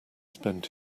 spend